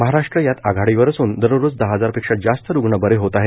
महाराष्ट्र यात आघाडीवर असून दररोज दहा हजार पेक्षा जास्त रूग्ण बरे होत आहेत